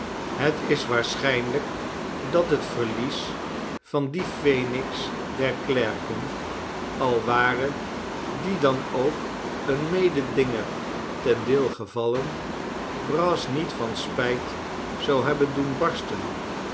het is waarschijnlijk dat het verlies van dien feniks der klerken al ware die dan ook een mededinger ten deel gevallen brass niet van spijt zou hebben doen barsten